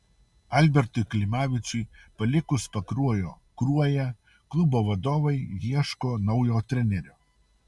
albertui klimavičiui palikus pakruojo kruoją klubo vadovai ieško naujo trenerio